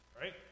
Right